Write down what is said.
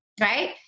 right